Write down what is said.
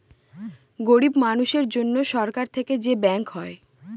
গরিব মানুষের জন্য সরকার থেকে যে ব্যাঙ্ক হয়